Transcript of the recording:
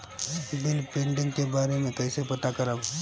Bill pending के बारे में कईसे पता करब?